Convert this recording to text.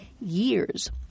years